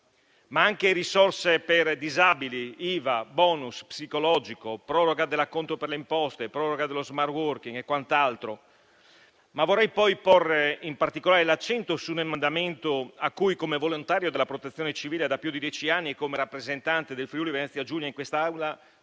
le risorse per disabili, IVA, *bonus* psicologo, proroga dell'acconto per le imposte, proroga dello *smart working* e quant'altro. Vorrei inoltre porre l'accento in particolare su un emendamento a cui, come volontario della protezione civile da più di dieci anni e come rappresentante del Friuli-Venezia Giulia in quest'Aula,